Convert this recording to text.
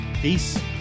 Peace